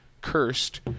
cursed